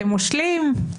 אתם מושלים,